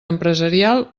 empresarial